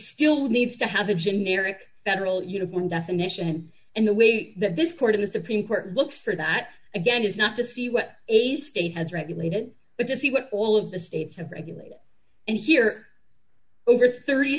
still needs to have a generic federal uniform definition and the way that this part of the supreme court looks for that again is not to see what a state has regulated but to see what all of the states have regulated and here over th